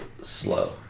Slow